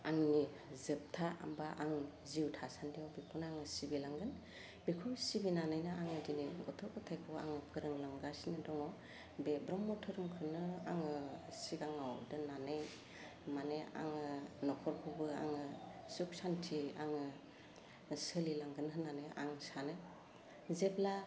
आंनि जोबथा बा आं जिउ थासान्दियाव बेखौनो आं सिबिलांगोन बेखौ सिबिनानैनो आङो दिनै गथ' ग'थाइखौ आङो फोरोंलांगासिनो दङ बे ब्रह्म धोरोमखौनो आङो सिगाङाव दोन्नानै माने आङो न'खरखौबो आङो सुग सान्ति आङो सोलिलांगोन होन्नानै आं सानो जेब्ला